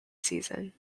season